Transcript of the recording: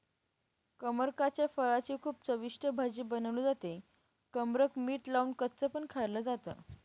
कमरकाच्या फळाची खूप चविष्ट भाजी बनवली जाते, कमरक मीठ लावून कच्च पण खाल्ल जात